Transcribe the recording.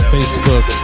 Facebook